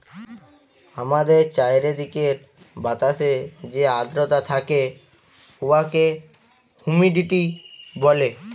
আমাদের চাইরদিকের বাতাসে যে আদ্রতা থ্যাকে উয়াকে হুমিডিটি ব্যলে